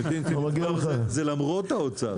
זה למרות האוצר.